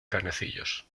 canecillos